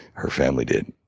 her family did.